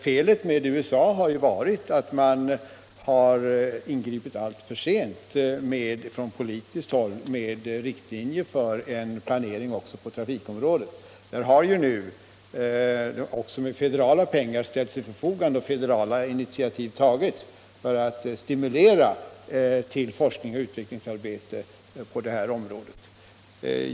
Felet i USA har varit att man har ingripit alltför sent från politiskt håll med riktlinjer för en planering också på trafikområdet. Där har nu federala pengar ställts till förfogande och federala initiativ tagits för att stimulera till forskning och utvecklingsarbete på det här området.